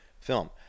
film